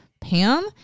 Pam